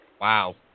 Wow